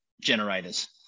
generators